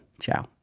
Ciao